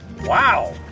Wow